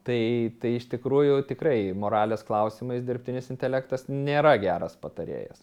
tai tai iš tikrųjų tikrai moralės klausimais dirbtinis intelektas nėra geras patarėjas